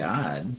God